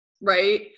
right